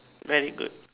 very good